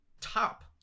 top